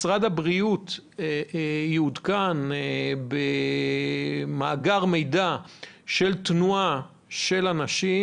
ומשרד הבריאות יעודכן במאגר מידע של תנועה של אנשים,